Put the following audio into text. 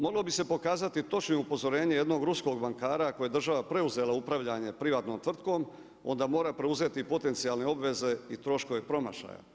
Moglo bi se pokazati točnim upozorenjem jednog ruskog bankara koji je država preuzela upravljanje privatnom tvrtkom, onda mora preuzeti potencijalne obveze i troškove promašaja.